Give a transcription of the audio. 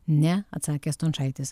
ne atsakė stončaitis